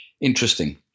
Interesting